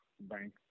Bank